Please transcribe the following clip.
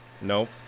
Nope